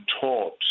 taught